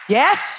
yes